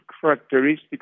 characteristics